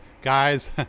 guys